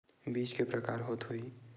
बीज के प्रकार के होत होही?